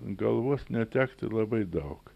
galvos netekti labai daug